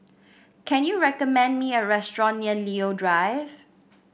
can you recommend me a restaurant near Leo Drive